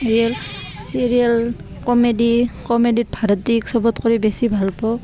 real serial comedy কমেডিত ভাৰতীক চবত কৰি বেছি ভাল পাওঁ